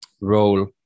role